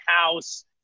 house